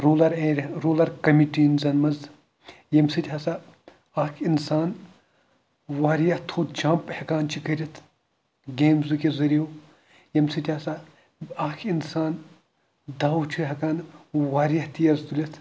rural area rural کمیٖٹیٖزَن مَنٛز یمہِ سۭتۍ ہَسا اکھ اِنسان واریاہ تھوٚد جَمپ ہیٚکان چھ کٔرِتھ گیمزٕکیٚو ذٔریعو یمہِ سۭتۍ ہَسا اکھ اِنسان دَو چھُ ہیٚکان واریاہ تیز تُلِتھ